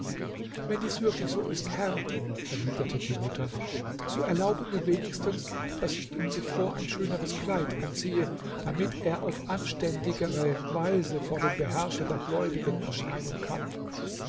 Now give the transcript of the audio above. wenn dies wirklich so ist herr erwiderte die mutter so erlaube mir wenigstens daß ich ihm zuvor ein schöneres kleid anziehe damit er auf anständigere weise vor dem beherrscher der gläubigen erscheinen kann